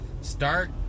start